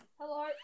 Hello